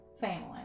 family